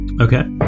Okay